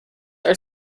are